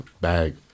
bag